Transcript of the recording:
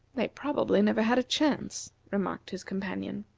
they probably never had a chance, remarked his companion.